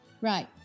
Right